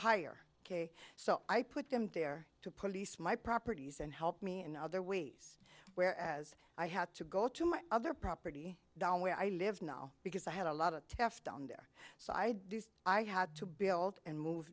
hire ok so i put them there to police my properties and help me in other ways where as i had to go to my other property down where i live now because i had a lot of test on their side i had to build and move